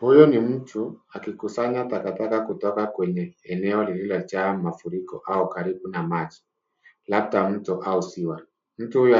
Hivyo basi, mtu mmoja yuko, huku akikusanya taka zinazotiririka kutoka kwenye eneo hilo la maji yaliyoyeyuka karibu na macho. Mtu huyo hausiwa.